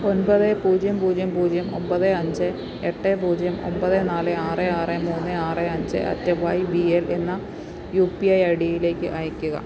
ഒൻപത് പൂജ്യം പൂജ്യം പൂജ്യം ഒൻപത് അഞ്ച് എട്ട് പൂജ്യം ഒൻപത് നാല് ആറ് ആറ് മൂന്ന് ആറ് അഞ്ച് അറ്റ് വൈ ബീ എല് എന്ന യു പ്പി ഐ ഐ ഡിയിലേക്ക് അയയ്ക്കുക